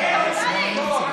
אני ניגש להצבעה.